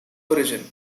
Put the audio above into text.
origin